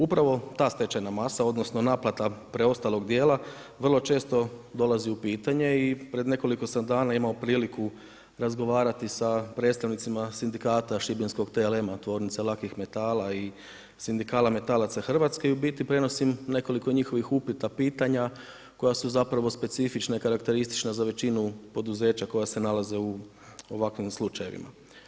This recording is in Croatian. Upravo ta stečena masa, odnosno naplata preostalog dijela vrlo često dolazi u pitanje i pred nekoliko sam dana imao priliku razgovarati sa predstavnicima sindikata šibenskom TLM-a, Tvornice lakih metala i Sindikat metalaca Hrvatske i u biti prenosim nekoliko njihovih upita, pitanja, koja su zapravo specifična i karakteristična za većinu poduzeća koja se nalaze u ovakvim slučajevima.